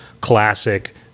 classic